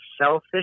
selfish